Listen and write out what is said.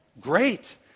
Great